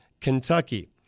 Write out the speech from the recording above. Kentucky